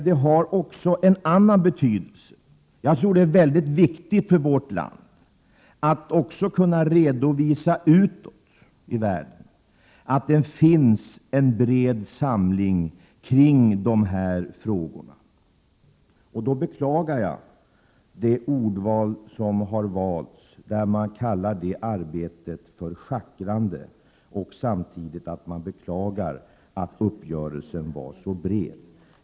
Den har också en annan betydelse: Jag tror att det är väldigt viktigt för vårt land att kunna redovisa utåt, mot andra länder, att det finns en bred samling kring dessa frågor. Därför beklagar jag de ord som har valts: att arbetet har varit ett schackrande och ett beklagande av att uppgörelsen blev så bred.